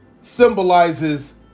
symbolizes